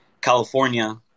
California